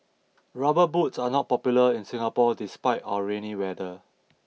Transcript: rubber boots are not popular in Singapore despite our rainy weather